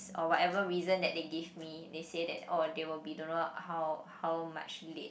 or whatever reason that they gave me they say that oh they will be don't know how how much late